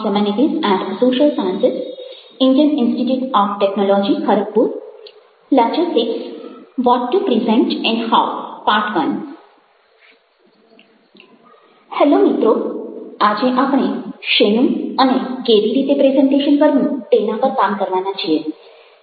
hello મિત્રો આજે આપણે શેનું અને કેવી રીતે પ્રેઝન્ટેશન કરવું તેના પર કામ કરવાના છીએ